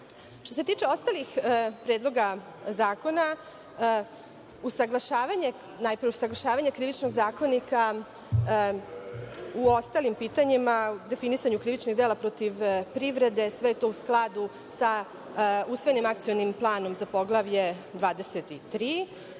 Što se tiče ostalih predloga zakona usaglašavanje, najpre usaglašavanje Krivičnog zakonika u ostalim pitanjima definisanju krivičnih dela protiv privrede sve je to u skladu sa usvojenim Akcionim planom za Poglavlje